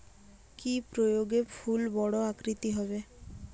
কি প্রয়োগে ফুল বড় আকৃতি হবে?